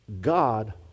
God